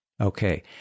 Okay